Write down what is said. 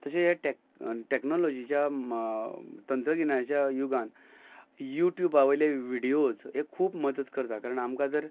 तशें हें टॅक टॅक्नोलॉजीच्या तंत्रगिन्यानाच्या युगान युट्युबा वयले विडयोज हे खूब मदत करता कारण आमकां जर